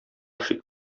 шик